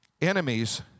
Enemies